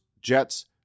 Jets